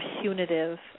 punitive